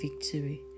victory